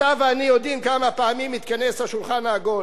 אתה ואני יודעים כמה פעמים התכנס השולחן העגול.